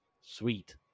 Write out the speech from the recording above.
sweet